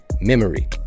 memory